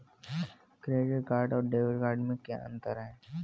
Credit card और debit card में क्या अंतर है?